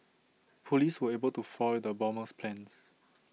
Police were able to foil the bomber's plans